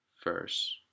first